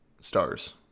stars